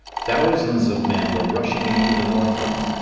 thousands of men were rushing into the northland.